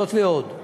זאת ועוד,